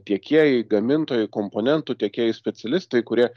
tiekėjai gamintojai komponentų tiekėjai specialistai kurie